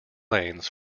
lanes